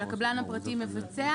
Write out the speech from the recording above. שהקבלן הפרטי מבצע,